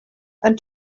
and